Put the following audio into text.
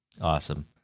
awesome